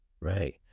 right